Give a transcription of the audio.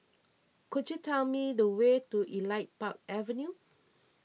could you tell me the way to Elite Park Avenue